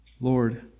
Lord